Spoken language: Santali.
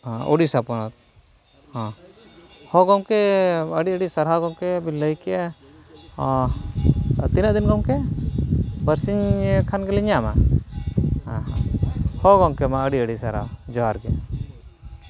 ᱩᱲᱤᱥᱥᱟ ᱯᱚᱱᱚᱛ ᱦᱮᱸ ᱦᱮᱸ ᱜᱚᱢᱠᱮ ᱟᱹᱰᱤ ᱟᱹᱰᱤ ᱥᱟᱨᱦᱟᱣ ᱜᱚᱢᱠᱮ ᱟᱹᱵᱤᱱ ᱞᱟᱹᱭ ᱠᱮᱜᱼᱟ ᱚ ᱛᱤᱱᱟᱹᱜ ᱫᱤᱱ ᱜᱚᱢᱠᱮ ᱵᱟᱨᱥᱤᱧ ᱠᱷᱟᱱ ᱜᱮᱞᱤᱧ ᱧᱟᱢᱟ ᱦᱳᱭ ᱜᱚᱢᱠᱮ ᱢᱟ ᱟᱹᱰᱤ ᱟᱹᱰᱤ ᱥᱟᱨᱦᱟᱣ ᱡᱚᱦᱟᱨ ᱜᱮ